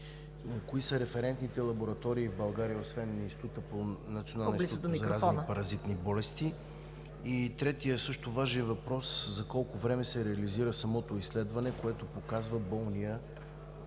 Кои са референтните лаборатории в България освен Националния институт по заразни и паразитни болести? Третият също важен въпрос е: за колко време се реализира самото изследване, което показва дали